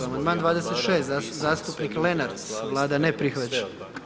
Amandman 26. zastupnik Lenart, Vlada ne prihvaća.